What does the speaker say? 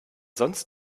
sonst